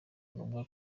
ngombwa